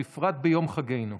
בפרט ביום חגנו.